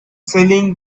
selling